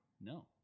No